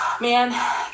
man